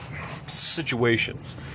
situations